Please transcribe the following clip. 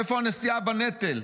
איפה הנשיאה בנטל?